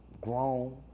grown